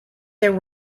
there